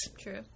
True